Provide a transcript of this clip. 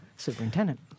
superintendent